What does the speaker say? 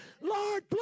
Lord